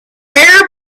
air